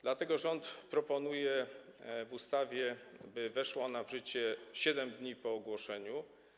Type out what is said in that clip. Dlatego rząd proponuje w ustawie, by weszła ona w życie 7 dni po ogłoszeniu.